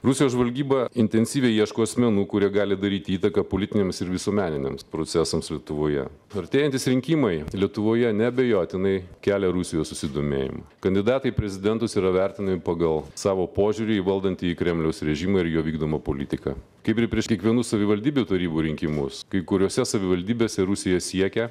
rusijos žvalgyba intensyviai ieško asmenų kurie gali daryti įtaką politiniams ir visuomeniniams procesams lietuvoje artėjantys rinkimai lietuvoje neabejotinai kelia rusijos susidomėjimą kandidatai į prezidentus yra vertinami pagal savo pažiūrį į valdantįjį kremliaus režimą ir jo vykdomą politiką kaip ir prieš kiekvienus savivaldybių tarybų rinkimus kai kuriose savivaldybėse rusija siekia